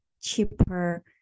cheaper